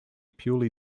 purely